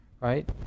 right